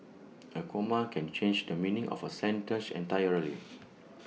A comma can change the meaning of A sentence entirely